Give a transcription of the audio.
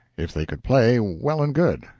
if they could play, well and good.